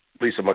Lisa